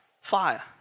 fire